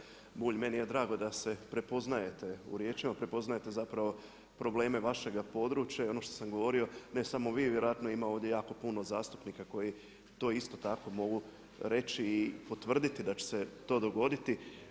Poštovani kolega Bulj, meni je drago da se prepoznajete u riječima, prepoznajete zapravo probleme vašega područja i ono što sam govorio, ne samo vi, vjerojatno ima ovdje jako puno zastupnika koji to isto tako mogu reći i potvrditi da će se to dogoditi.